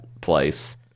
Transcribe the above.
place